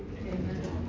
amen